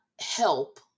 help